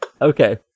Okay